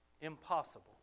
Impossible